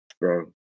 bro